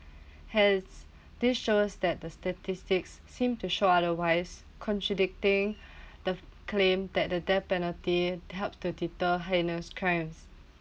hence this shows that the statistics seem to show otherwise contradicting the claim that the death penalty help to deter heinous crimes